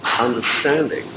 understanding